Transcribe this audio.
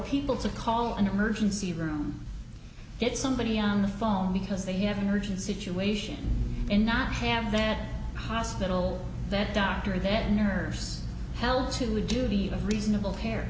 people to call an emergency room get somebody on the phone because they have an urgent situation and not have that hospital that doctor that nurse held to duty of reasonable